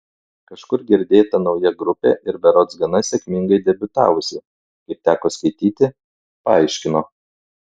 kažkur girdėta nauja grupė ir berods gana sėkmingai debiutavusi kaip teko skaityti paaiškino